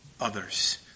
others